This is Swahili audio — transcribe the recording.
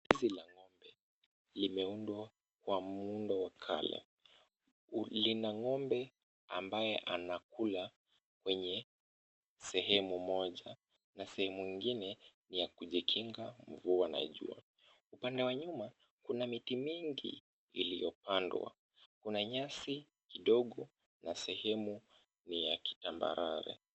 Zizi la ngo'mbe limeundwa kwa muundo wa kale. Lina ngo'mbe ambaye anakula kwenye sehemu moja na sehemu ingine ni ya kujikinga mvua na jua. Upande wa nyuma kuna miti mingi iliyopandwa , kuna nyasi kidogo na sehemu ni ya kitambarare.